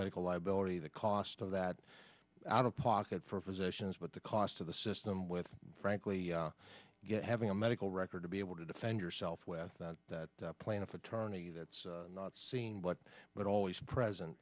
medical liability the cost of that out of pocket for physicians but the cost of the system with frankly having a medical record to be able to defend yourself with the plaintiff attorney that's not seen what but always present